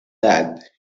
lad